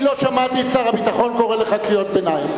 אני לא שמעתי את שר הביטחון קורא לך קריאות ביניים.